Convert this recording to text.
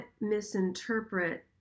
misinterpret